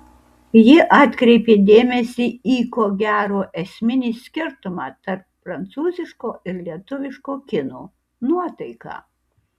ji atkreipė dėmesį į ko gero esminį skirtumą tarp prancūziško ir lietuviško kino nuotaiką